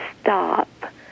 stop